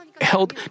held